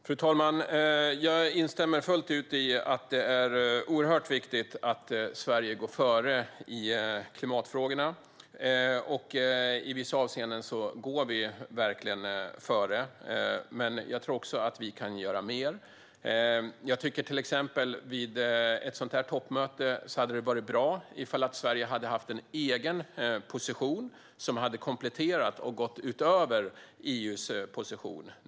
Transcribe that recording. Fru talman! Jag instämmer fullt ut i att det är oerhört viktigt att Sverige går före i klimatfrågorna, och i vissa avseenden går vi verkligen före. Men jag tror att vi kan göra mer. Exempelvis tycker jag att vid ett toppmöte som detta hade det varit bra om Sverige haft en egen position som kompletterade och gick utöver EU:s position.